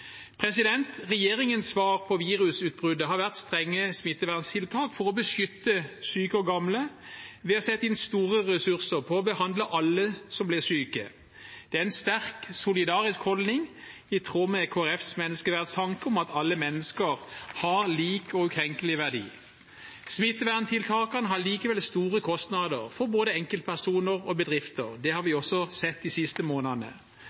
Regjeringens svar på virusutbruddet har vært strenge smitteverntiltak for å beskytte syke og gamle, ved å sette inn store ressurser på å behandle alle som blir syke. Det er en sterk solidarisk holdning, i tråd med Kristelig Folkepartis menneskeverdstanke om at alle mennesker har lik og ukrenkelig verdi. Smitteverntiltakene har likevel store kostnader, for både enkeltpersoner og bedrifter – det har vi også sett de siste månedene.